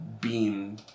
beam